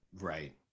right